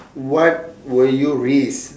what will you risk